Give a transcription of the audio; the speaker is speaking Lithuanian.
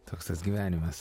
toks tas gyvenimas